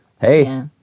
hey